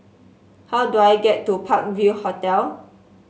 how do I get to Park View Hotel